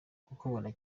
kukubona